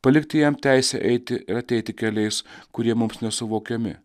palikti jam teisę eiti ir ateiti keliais kurie mums nesuvokiami